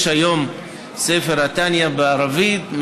יש היום את ספר התניא בערבית,